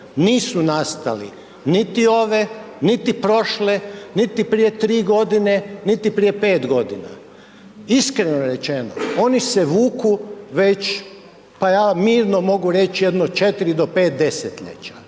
nisu nastali niti ove, niti prošle, niti prije 3.g., niti prije 5.g.. Iskreno rečeno, oni se vuku već, pa ja mirno mogu reć jedno 4 do 5 desetljeća.